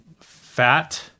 Fat